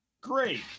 Great